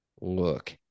look